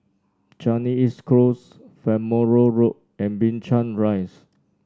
Changi East Close Farnborough Road and Binchang Rise